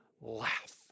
laugh